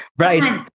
Right